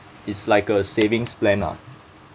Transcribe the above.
it's like a savings plan lah